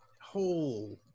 whole